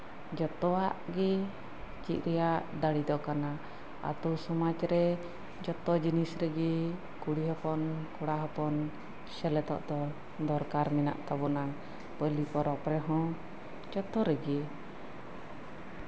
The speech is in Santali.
ᱡᱚᱛᱣᱟᱜ ᱜᱮ ᱪᱮᱫ ᱨᱮᱭᱟᱜ ᱫᱟᱲᱮ ᱫᱚ ᱠᱟᱱᱟ ᱟᱛᱳ ᱥᱚᱢᱟᱡᱨᱮ ᱡᱚᱛᱚ ᱤᱥᱠᱩᱞ ᱨᱮᱜᱮ ᱠᱩᱲᱤ ᱦᱚᱯᱚᱱ ᱠᱚᱲᱟ ᱦᱚᱯᱚᱱ ᱥᱮᱞᱮᱫᱚᱜ ᱫᱚ ᱫᱚᱨᱠᱟᱨ ᱢᱮᱱᱟᱜ ᱛᱟᱵᱳᱱᱟ ᱯᱟᱞᱤ ᱯᱚᱨᱚᱵᱽ ᱨᱮᱦᱚᱸ ᱡᱚᱛᱚ ᱨᱮᱜᱮ